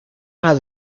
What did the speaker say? has